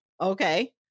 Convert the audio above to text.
Okay